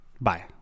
Bye